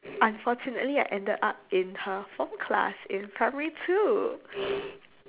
unfortunately I ended up in her form class in primary two